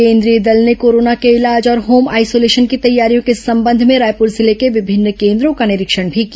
केंद्रीय दल ने कोरोना के इलाज और होम आइसोलेशन की तैयारियों के संबंध में रायपुर जिले के विभिन्न केन्द्रों का निरीक्षण भी किया